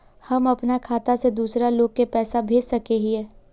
हम अपना खाता से दूसरा लोग के पैसा भेज सके हिये?